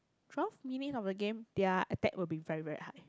twelve minutes of the game their attack will be very very high